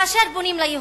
כאשר בונים ליהודים,